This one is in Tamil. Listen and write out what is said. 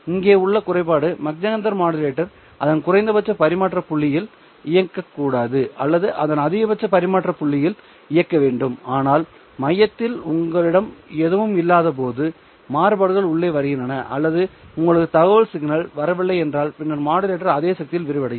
இங்கே உள்ள குறைபாடு மாக் ஜெஹெண்டர் மாடுலேட்டரை அதன் குறைந்தபட்ச பரிமாற்ற புள்ளியில் இயக்க கூடாது அல்லது அதன் அதிகபட்ச பரிமாற்ற புள்ளியில் இயக்க வேண்டும் ஆனால் மையத்தில் உங்களிடம் எதுவும் இல்லாதபோது மாறுபாடுகள் உள்ளே வருகின்றன அல்லது உங்களுக்கு தகவல் சிக்னல் வரவில்லை என்றால் பின்னர் மாடுலேட்டர் அதே சக்தியில் விரிவடையும்